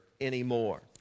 anymore